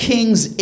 King's